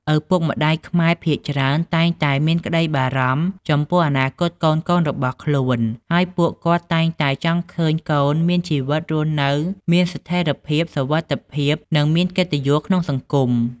ឪពុកម្ដាយខ្មែរភាគច្រើនតែងតែមានក្ដីបារម្ភចំពោះអនាគតកូនៗរបស់ខ្លួន ហើយពួកគាត់តែងតែចង់ឃើញកូនមានជីវិតរស់នៅមានស្ថិរភាព សុវត្ថិភាព និងមានកិត្តិយសក្នុងសង្គម។